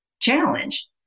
challenge